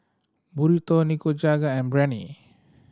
Burrito Nikujaga and Biryani